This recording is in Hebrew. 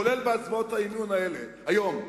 כולל הצבעות האמון האלה היום,